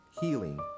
healing